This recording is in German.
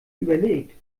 überlegt